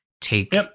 take